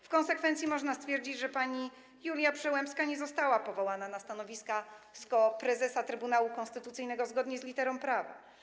W konsekwencji można stwierdzić, że pani Julia Przyłębska nie została powołana na stanowisko prezesa Trybunału Konstytucyjnego zgodnie z literą prawa.